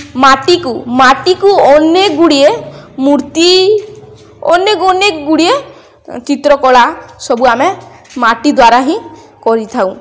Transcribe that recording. ମାଟିକୁ ମାଟିକୁ ଅନେକ ଗୁଡ଼ିଏ ମୂର୍ତ୍ତି ଅନେକ ଅନେକ ଗୁଡ଼ିଏ ଚିତ୍ରକଳା ସବୁ ଆମେ ମାଟି ଦ୍ୱାରା ହିଁ କରିଥାଉ